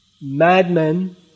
madmen